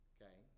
Okay